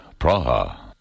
Praha